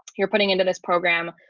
you're putting into this program,